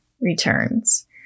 returns